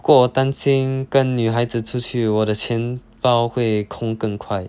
不过担心跟女孩子出去我的钱包会空更快